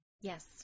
Yes